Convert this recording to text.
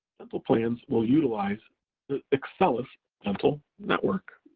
dental plans will utilize the excellus dental network.